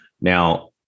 now